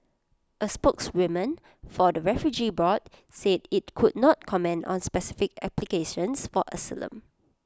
A spokeswoman for the refugee board said IT could not comment on specific applications for asylum